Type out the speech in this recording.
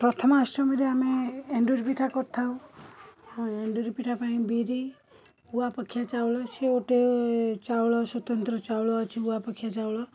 ପ୍ରଥମାଷ୍ଟମୀରେ ଆମେ ଏଣ୍ଡୁରି ପିଠା କରିଥାଉ ଏଣ୍ଡୁରୀ ପିଠା ପାଇଁ ବିରି ଉଆ ପକ୍ଷିଆ ଚାଉଳ ସିଏ ଗୋଟେ ଚାଉଳ ସ୍ୱତନ୍ତ୍ର ଚାଉଳ ଅଛି ଉଆ ପକ୍ଷିଆ ଚାଉଳ